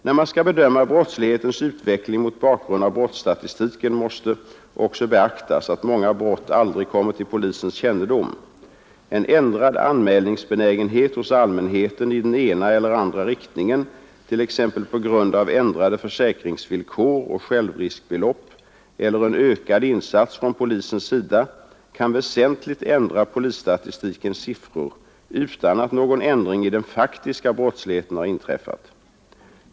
När man skall bedöma brottslighetens utveckling mot bakgrund av brottsstatistiken måste också beaktas att många brott aldrig kommer till polisens kännedom. En ändrad anmälningsbenägenhet hos allmänheten i den ena eller andra riktningen, t.ex. på grund av ändrade försäkringsvillkor och självriskbelopp eller en ökad insats från polisens sida kan väsentligt ändra polisstatistikens siffror utan att någon ändring i den faktiska brottsligheten har inträffat.